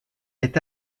est